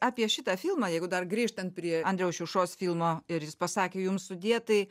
apie šitą filmą jeigu dar grįžtant prie andriaus šiušos filmo ir jis pasakė jums sudie tai